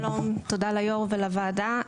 שלום, תודה ליו"ר ולוועדה.